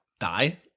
die